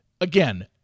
again